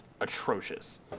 atrocious